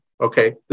Okay